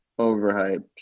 Overhyped